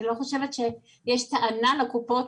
אני לא חושבת שיש טענה לקופות,